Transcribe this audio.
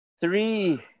three